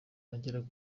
agera